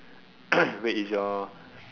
wait is your